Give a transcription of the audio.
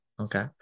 Okay